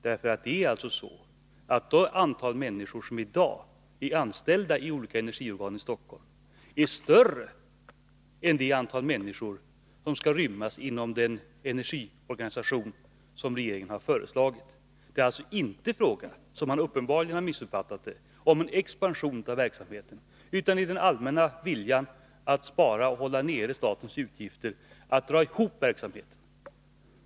Det förhåller sig så, att det antal människor som i dag är anställda i olika energiorgan i Stockholm är större än det antal människor som skall rymmas inom den energiorganisation som regeringen har föreslagit. Det är alltså inte, som Rune Torwald uppenbarligen har missförstått, fråga om en expansion av verksamheten utan om att, i vilja att spara och hålla nere statens utgifter, dra ihop verksamheten.